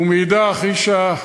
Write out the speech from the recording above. ומאידך גיסא,